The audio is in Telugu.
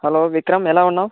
హలో విక్రమ్ ఎలా ఉన్నావు